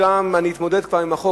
ואני אתמודד כבר עם החוק,